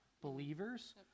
believers